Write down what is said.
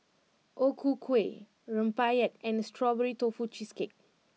O Ku Kueh Rempeyek and Strawberry Tofu Cheesecake